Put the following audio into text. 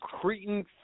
Cretan